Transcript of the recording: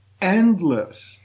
endless